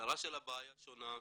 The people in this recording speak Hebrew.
ההגדרה של הבעיה שונה,